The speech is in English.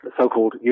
so-called